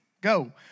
go